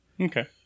okay